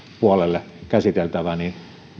puolelle käsiteltäväksi niin